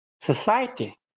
society